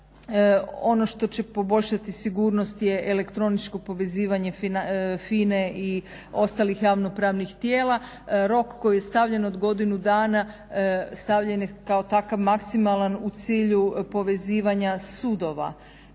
Ono što će poboljšati sigurnost je elektroničko povezivanje FINA-e i ostalih javnopravnih tijela. Rok koji je stavljen od godinu dana stavljen je kao takav maksimalan u cilju povezivanja sudova